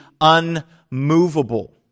unmovable